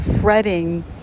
fretting